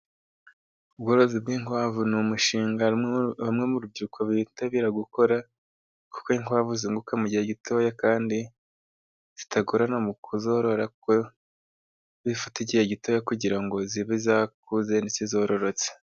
Uburozi bw'inkwavu ni umushinga bamwe mu rubyiruko bitabira gukora, kuko inkwavu zunguka mu gihe gitoya kandi zitagorana mu kuzorora, kuko bifata igihe gitoya kugira ngo zibe zakuze zororotse.